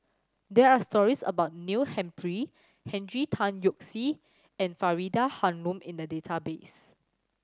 there are stories about Neil Humphrey Henry Tan Yoke See and Faridah Hanum in the database